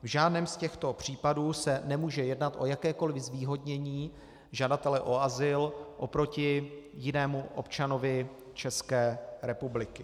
V žádném z těchto případů se nemůže jednat o jakékoli zvýhodnění žadatele o azyl oproti jinému občanovi České republiky.